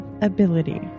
ability